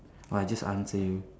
!wah! just answer you